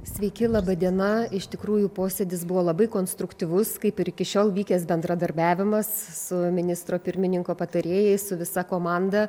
sveiki laba diena iš tikrųjų posėdis buvo labai konstruktyvus kaip ir iki šiol vykęs bendradarbiavimas su ministro pirmininko patarėjais su visa komanda